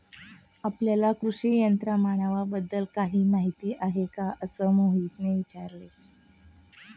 आपल्याला कृषी यंत्रमानवाबद्दल काही माहिती आहे का असे मोहितने विचारले?